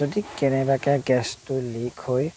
যদি কেনেবাকৈ গেছটো লিক হৈ